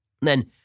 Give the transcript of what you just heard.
Then-